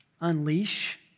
unleash